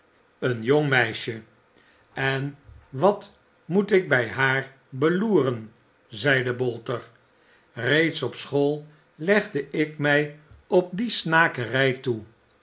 een jong meisje en wat moet ik bij haar beloeren zeide bolter reeds op school legde ik mij op die snakerij toe